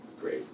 great